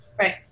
Right